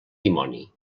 dimoni